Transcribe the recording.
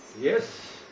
Yes